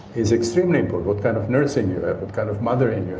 is extremely important. what kind of nursing you have, what kind of mothering you